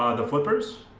ah the flippers,